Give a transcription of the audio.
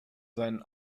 seinen